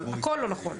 הכל לא נכון.